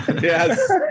yes